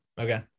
okay